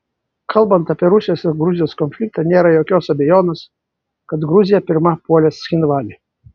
kalbant apie rusijos ir gruzijos konfliktą nėra jokios abejonės kad gruzija pirma puolė cchinvalį